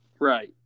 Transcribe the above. Right